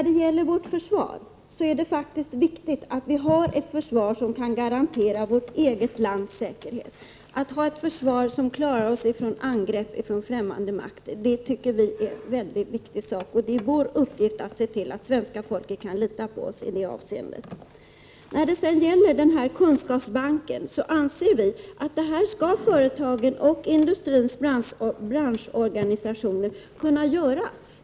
Det är viktigt att vi har ett försvar som kan garantera vårt eget lands säkerhet, ett försvar som skyddar oss mot angrepp från främmande makter. Det är vår uppgift att se till att svenska folket kan lita på oss i det avseendet. När det sedan gäller kunskapsbanken anser vi att det är någonting som företagen och industrins branschorganisationer skall kunna sköta.